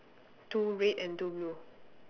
two red and two blue